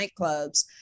nightclubs